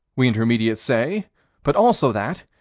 we intermediates say but, also, that,